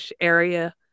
area